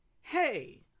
hey